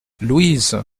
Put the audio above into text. louise